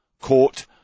Court